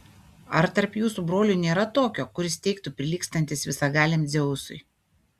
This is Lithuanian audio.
ar tarp jūsų brolių nėra tokio kuris teigtų prilygstantis visagaliam dzeusui